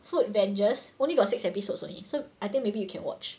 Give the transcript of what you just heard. food avengers only got six episodes only so I think maybe you can watch